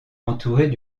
entourées